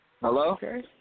Hello